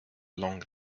long